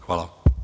Hvala.